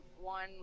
one